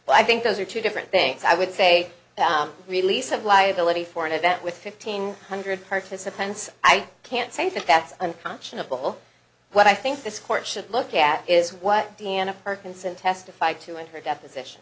well i think those are two different things i would say release of liability for an event with fifteen hundred participants i can't say if that's unconscionable what i think this court should look at is what deanna perkins and testified to in her deposition